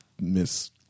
Miss